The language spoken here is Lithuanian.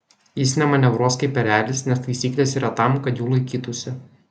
jis nemanevruos kaip erelis nes taisyklės yra tam kad jų laikytųsi